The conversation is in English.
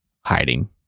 hiding